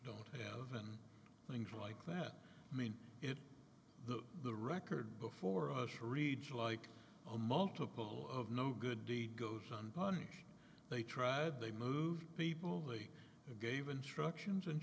don't have and things like that i mean it the the record before us reads like a multiple of no good deed goes unpunished they tried they moved people they gave instructions and